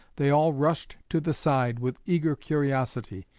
they all rushed to the side with eager curiosity.